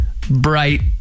bright